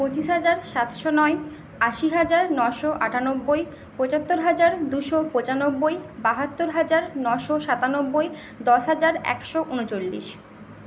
পঁচিশ হাজার সাতশো নয় আশি হাজার নশো আটানব্বই পঁচাত্তর হাজার দুশো পঁচানব্বই বাহাত্তর হাজার নশো সাতানব্বই দশ হাজার একশো উনচল্লিশ